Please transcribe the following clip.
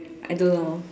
I don't know